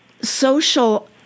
social